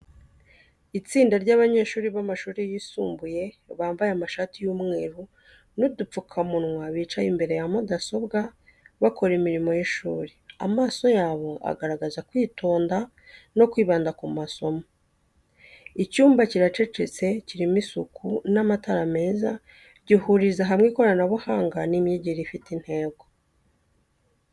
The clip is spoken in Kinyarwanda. Itsinda ry’abanyeshuri b’amashuri yisumbuye bambaye amashati y’umweru n’udupfukamunwa bicaye imbere ya mudasobwa, bakora imirimo y’ishuri. Amaso yabo agaragaza kwitonda no kwibanda ku masomo. Icyumba kiracecetse, kirimo isuku n’amatara meza, gihuriza hamwe ikoranabuhanga n’imyigire ifite intego.